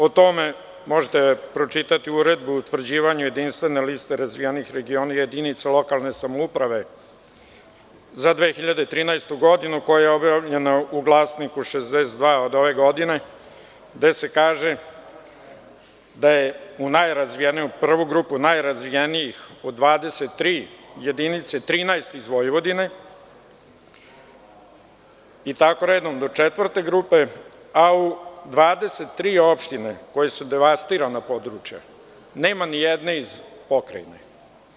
O tome možete pročitati Uredbu o utvrđivanju jedinstvene liste razvijenih regiona i jedinica lokalne samouprave za 2013. godinu koja je objavljena u „Glasniku 62“ od ove godine, gde se kaže da su u prvoj grupi najrazvijenijih od 23 jedinice 13 iz Vojvodine i tako redom do četvrte grupe, a u 23 opštine koje su devastirana područja nema nijedne iz AP.